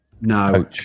No